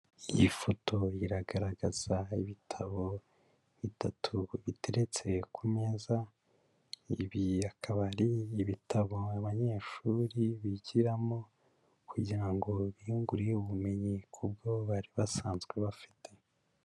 Iyi foto iragaragaza ibitabo bitatu biteretse ku meza, ibi akaba ari ibitabo abanyeshuri bigiramo kugira ngo biyungure ubumenyi k'ubwo bari basanzwe bafite.